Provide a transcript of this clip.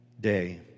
day